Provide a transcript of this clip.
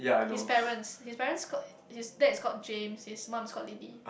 his parents his parents called his dad is called James his mum is called Lily